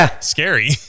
scary